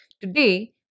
Today